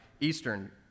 Eastern